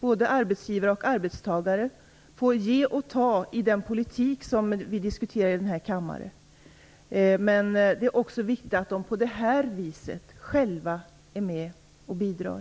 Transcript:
Både arbetsgivare och arbetstagare får ge och ta i fråga om den politik som vi diskuterar i denna kammare. Men det är också viktigt att de på det här viset själva är med och bidrar.